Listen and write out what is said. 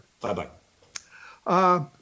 Bye-bye